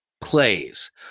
plays